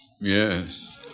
Yes